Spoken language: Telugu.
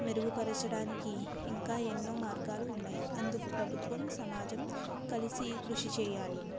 మెరుగుపరచడానికి ఇంకా ఎన్నో మార్గాలు ఉన్నాయి అందుకు ప్రభుత్వం సమాజం కలిసి కృషి చెయ్యాలి